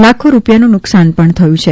લાખો રૂપિયાનું નુકસાન પણ થયું છે